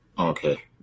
Okay